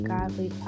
Godly